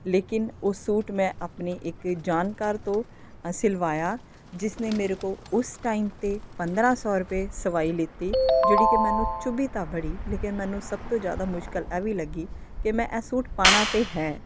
ਲੇਕਿਨ ਉਹ ਸੂਟ ਮੈਂ ਆਪਣੇ ਇੱਕ ਜਾਣਕਾਰ ਤੋਂ ਸਿਲਵਾਇਆ ਜਿਸ ਨੇ ਮੇਰੇ ਕੋਲੋਂ ਉਸ ਟਾਈਮ 'ਤੇ ਪੰਦਰ੍ਹਾਂ ਸੌ ਰੁਪਏ ਸਵਾਈ ਲਿਤੀ ਜਿਹੜੀ ਕਿ ਮੈਨੂੰ ਚੁਬੀ ਤਾਂ ਬੜੀ ਲੇਕਿਨ ਮੈਨੂੰ ਸਭ ਤੋਂ ਜ਼ਿਆਦਾ ਮੁਸ਼ਕਿਲ ਇਹ ਵੀ ਲੱਗੀ ਕਿ ਮੈਂ ਇਹ ਸੂਟ ਪਾਉਣਾ ਤਾਂ ਹੈ